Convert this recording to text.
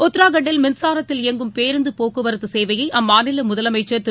உத்தராகண்டில் மின்சாரத்தில் இயங்கும் பேருந்தபோக்குவரத்துசேவையைஅம்மாநிலமுதலமைச்சர் திரு